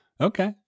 okay